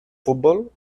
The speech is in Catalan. futbol